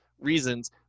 reasons